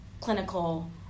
clinical